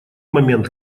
момент